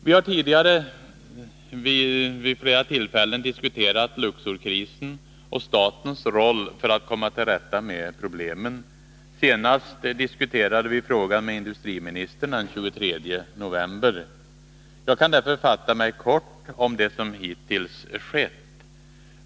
Vi har tidigare vid flera tillfällen diskuterat Luxorkrisen och statens roll när det gäller att komma till rätta med problemen. Senast diskuterade vi frågan med industriministern den 23 november. Jag kan därför fatta mig kort om det som hittills skett.